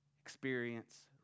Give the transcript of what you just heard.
experience